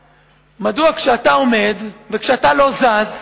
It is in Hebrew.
כשאתה עומד וכשאתה לא זז,